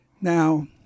Now